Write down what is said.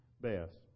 best